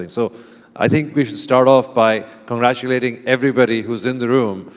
and so i think we should start off by congratulating everybody who's in the room,